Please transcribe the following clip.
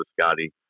Scotty